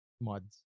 mods